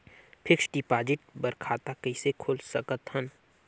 Fixed deposit बर खाता कइसे खोल सकत हन?